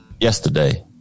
yesterday